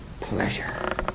pleasure